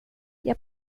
jag